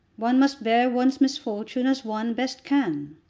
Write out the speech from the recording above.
one must bear one's misfortune as one best can.